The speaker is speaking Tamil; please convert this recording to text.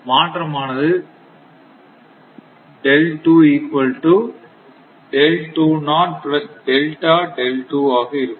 மாற்றமானது ஆக இருக்கும்